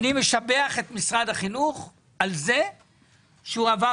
משבח את משרד החינוך על זה שהוא עבר